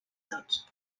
tots